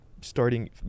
starting